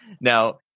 Now